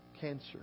cancer